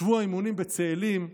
שבוע אימונים בצאלים,